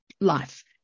life